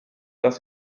das